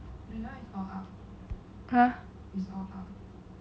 !huh!